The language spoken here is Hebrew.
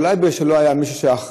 אולי כי לא היה מישהו שהיה אחראי.